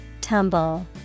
Tumble